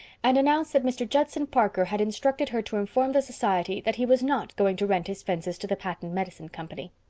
and announced that mr. judson parker had instructed her to inform the society that he was not going to rent his fences to the patent medicine company.